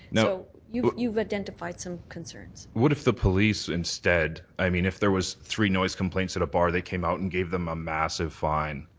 now, you've you've identified some concerns. what if the police instead i mean, if there was three noise complaints at a bar they came out and gave them a massive fine.